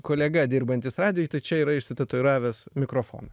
kolega dirbantis radijuj čia yra išsitatuiravęs mikrofoną